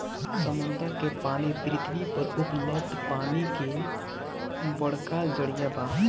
समुंदर के पानी पृथ्वी पर उपलब्ध पानी के बड़का जरिया बा